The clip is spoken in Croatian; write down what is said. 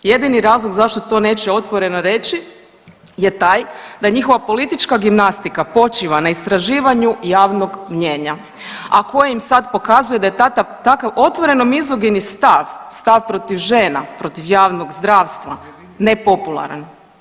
Jedini razlog zašto to neće otvoreno reći je taj da njihova politička gimnastika počiva na istraživanju javnog mnijenja a koje im sad pokazuje da je takav otvoreno mizogeni stav, stav protiv žena, protiv javnog zdravstva nepopularan.